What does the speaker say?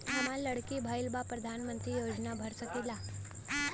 हमार लड़की भईल बा प्रधानमंत्री योजना भर सकीला?